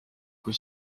kui